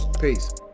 Peace